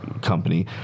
company